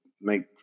make